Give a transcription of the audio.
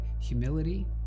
humility